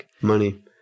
Money